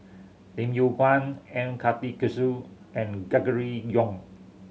Lim Yew Kuan M Karthigesu and Gregory Yong